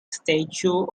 statue